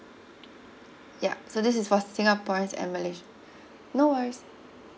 yup so this is for singaporeans and malaysian no worries